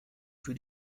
für